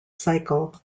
cycle